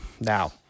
now